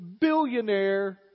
billionaire